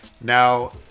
Now